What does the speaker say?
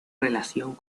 relación